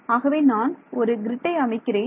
ஆகவே நான் ஒரு கிரிட்டை அமைக்கிறேன்